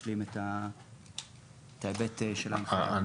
ישלים את ההיבט של ההנחיות.